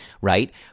right